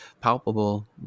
palpable